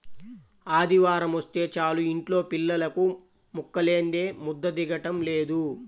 ఆదివారమొస్తే చాలు యింట్లో పిల్లలకు ముక్కలేందే ముద్ద దిగటం లేదు